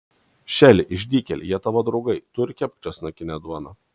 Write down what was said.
šeli išdykėli jie tavo draugai tu ir kepk česnakinę duoną